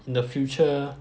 in the future